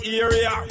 area